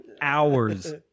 hours